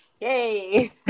Yay